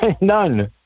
none